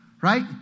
right